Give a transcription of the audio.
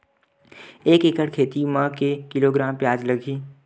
एक एकड़ खेती म के किलोग्राम प्याज लग ही?